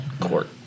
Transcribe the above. court